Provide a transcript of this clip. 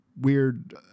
weird